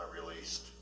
released